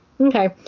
okay